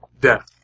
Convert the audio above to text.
death